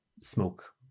smoke